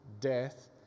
death